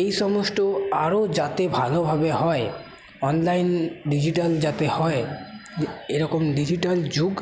এই সমস্ত আরও যাতে ভালোভাবে হয় অনলাইন ডিজিটাল যাতে হয় এরকম ডিজিটাল যুগ